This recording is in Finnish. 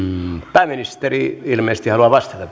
pääministeri ilmeisesti haluaa vastata